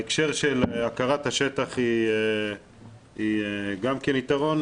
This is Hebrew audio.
ההקשר של הכרת השטח הוא גם יתרון,